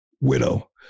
widow